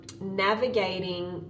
navigating